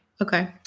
Okay